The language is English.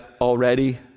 already